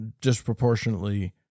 disproportionately